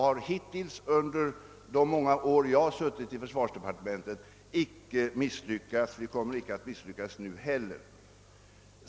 Hittills under de många år jag har arbetat i försvarsdepartementet har vi icke misslyckats med detta, och vi kommer icke att misslyckas nu heller.